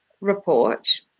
report